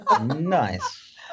Nice